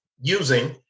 using